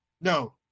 No